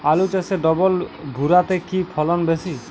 আলু চাষে ডবল ভুরা তে কি ফলন বেশি?